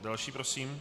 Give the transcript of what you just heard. Další prosím.